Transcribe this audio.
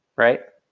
right?